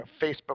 Facebook